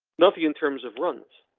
nothing in terms of runs.